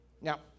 Now